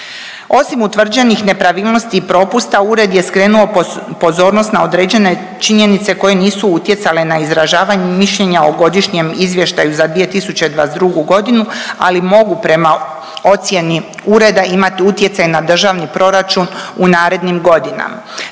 Osim utvrđenih nepravilnosti i propusta ured je skrenuo pozornost na određene činjenice koje nisu utjecale na izražavanje mišljenja o godišnjem izvještaju za 2022. godinu, ali mogu prema ocjeni ureda imati utjecaj na državni proračun u narednim godinama.